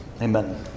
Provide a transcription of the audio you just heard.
Amen